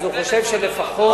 אז הוא חושב שלפחות,